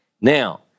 Now